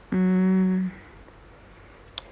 mm